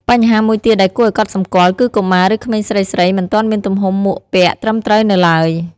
បញ្ហាមួយទៀតដែលគួរឱ្យកត់សម្គាល់ គឺកុមារ ឬក្មេងស្រីៗមិនទាន់មានទំហំមួកពាក់ត្រឹមត្រូវនៅទ្បើយ។